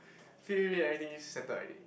feed feed feed everything settled already